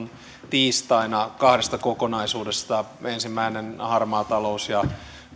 tiistaina kahdesta kokonaisuudesta ensimmäinen harmaa talous ja toinen verovälttely